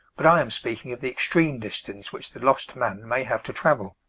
but i am speaking of the extreme distance which the lost man may have to travel.